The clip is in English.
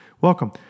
Welcome